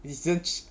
isn't chi~